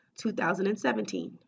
2017